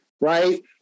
right